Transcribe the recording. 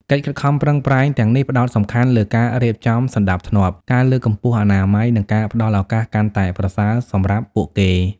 កិច្ចខិតខំប្រឹងប្រែងទាំងនេះផ្តោតសំខាន់លើការរៀបចំសណ្តាប់ធ្នាប់ ការលើកកម្ពស់អនាម័យ និងការផ្តល់ឱកាសកាន់តែប្រសើរសម្រាប់ពួកគេ ។